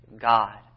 God